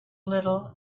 little